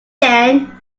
then